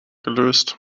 gelöst